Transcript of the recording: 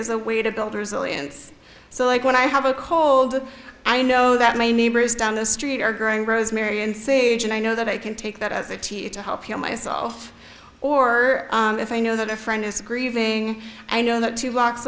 is a way to build resilience so like when i have a cold i know that my neighbors down the street are growing rosemary and sage and i know that i can take that as a teacher help you know myself or if i know that a friend is grieving i know that two blocks